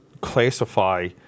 classify